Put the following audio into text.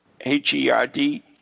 H-E-R-D